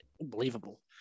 Unbelievable